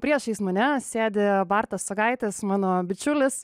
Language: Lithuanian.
priešais mane sėdi bartas sakaitis mano bičiulis